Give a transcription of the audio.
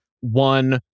one